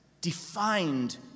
defined